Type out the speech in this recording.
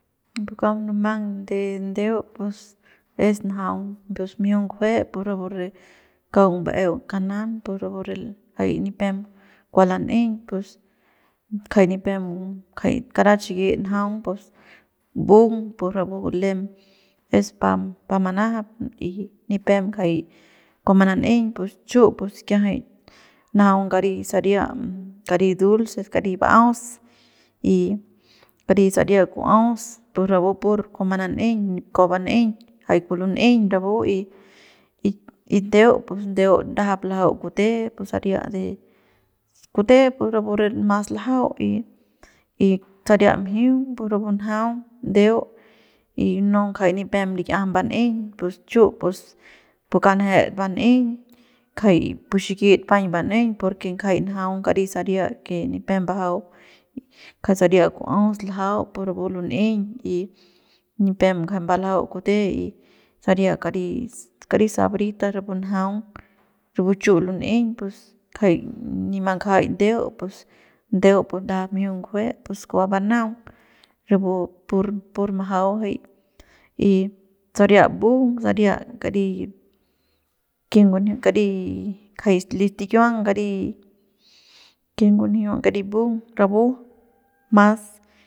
Kauk munumang de ndeu pus es njaung pus mjiung ngujue pu rapu re kaung ba'eung kanan pu rapu re jay nipep kua lan'eiñ pus kjai nipem kjay karat xikit njaung pus mbung pu rapu lem es pa pa manajap y nipep ngjai kua manan'eiñ pus chu pus kiajay njaung kari saria kari dulces kari ba'aus y kari saria ku'uaus pus rapu pur kua manan'eiñ kua ban'eiñ jay kua lun'eiñ rapu y y ndeu pus ndeu ndajap ljau kute pus saria de kute pus rapu re mas ljau y saria mjiung pus rapu njaung ndeu y no kjai nipemlik'iajam mban'eiñ pus chu pus pu kanjet kjai pu xikit paiñ ban'eiñ porque kjai njaung kari saria que nipem mbajau kjai saria ku'os ljau pu rapu lun'eiñ y nipem njai mbaljau kute y saria kari kari sabritas rapu njaung rapu chu lun'eiñ pus kjai nip mbangjai ndeu pus ndeu pus ndajap mjiung ngujue pus kua banaung rapu pur pur majau jay y saria mbung saria kari ken ngunjiu kari jay li stikiuang kari ken ngunjiu kari mbung rapu mas.